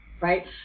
right